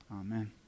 Amen